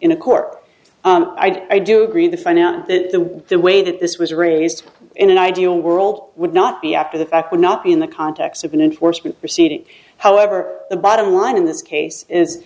in a court i do agree they find out that the way that this was raised in an ideal world would not be after the fact would not be in the context of an enforcement proceeding however the bottom line in this case is